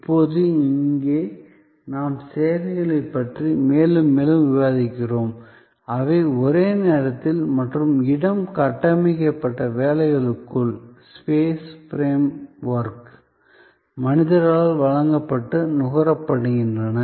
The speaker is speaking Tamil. இப்போது இங்கே நாம் சேவைகளைப் பற்றி மேலும் மேலும் விவாதிக்கிறோம் அவை ஒரே நேரத்தில் மற்றும் இடம் கட்டமைக்கப்பட்ட வேலைகளுக்குள் மனிதர்களால் வழங்கப்பட்டு நுகரப்படுகின்றன